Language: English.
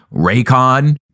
Raycon